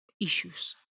issues